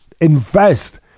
invest